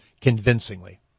convincingly